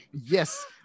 Yes